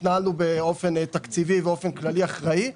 על כך שהתנהלנו באופן תקציבי ובאופן כללי אחראי,